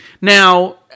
Now